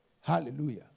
Hallelujah